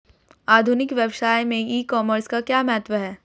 आधुनिक व्यवसाय में ई कॉमर्स का क्या महत्व है?